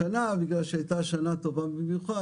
השנה בגלל שהייתה שנה טובה במיוחד,